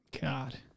God